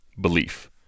belief